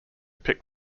pick